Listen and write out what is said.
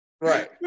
right